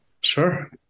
Sure